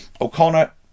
O'Connor